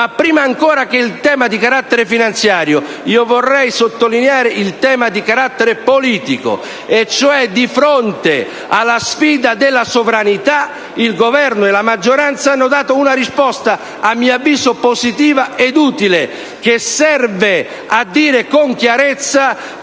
prima ancora che il tema di carattere finanziario, vorrei sottolineare il tema di carattere politico: di fronte alla sfida della sovranità, il Governo e la maggioranza hanno dato una risposta, a mio avviso, positiva e utile, che serve a dire con chiarezza